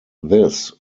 this